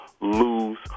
lose